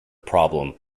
problem